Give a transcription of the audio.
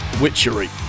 Witchery